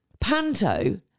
Panto